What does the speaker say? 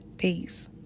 Peace